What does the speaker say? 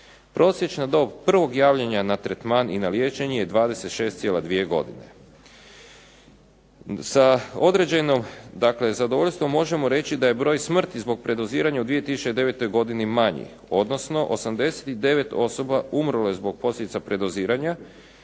Prosječna dob prvog javljanja na tretman i na liječenje je 26,2 godine. Sa određenim dakle zadovoljstvom možemo reći da je broj smrti zbog predoziranja u 2009. godini manji, odnosno 89 osoba umrlo je zbog posljedica predoziranja